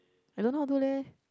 I don't know how do leh